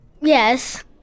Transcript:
yes